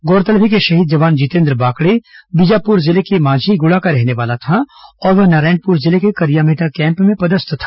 गौरतलब है कि शहीद जवान जितेन्द्र बाकड़े बीजापुर जिले के मांझीगुड़ा का रहने वाला था और वह नारायणपुर जिले के करियामेटा कैम्प में पदस्थ था